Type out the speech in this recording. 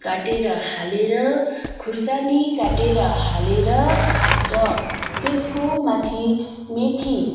काटेर हालेर खुर्सानी काटेर हालेर र त्यसको माथि मेथी